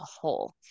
whole